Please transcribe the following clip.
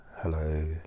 Hello